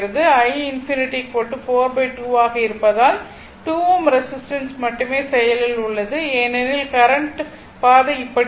i∞ 4 2 ஆக இருப்பதால் 2 Ω ரெசிஸ்டன்ஸ் மட்டுமே செயலில் உள்ளது ஏனெனில் கரண்ட் பாதை இப்படி இருக்கும்